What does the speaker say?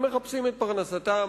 הם מחפשים את פרנסתם,